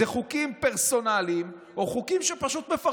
אלו חוקים פרסונליים או חוקים שפשוט מפרקים את המדינה.